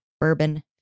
bourbon